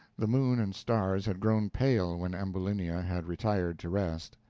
the moon and stars had grown pale when ambulinia had retired to rest.